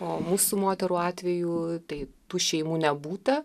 o mūsų moterų atveju tai tų šeimų nebūta